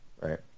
right